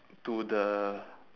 to the